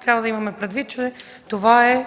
трябва да имаме предвид, че това е